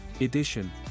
Edition